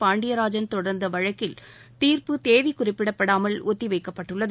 பாண்டியராஜன் தொடர்ந்த வழக்கில் தீர்ப்பு தேதி குறிப்பிடப்படாமல் ஒத்தி வைக்கப்பட்டுள்ளது